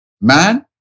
Man